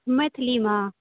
मैथिलीमऽ